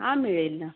हां मिळेल ना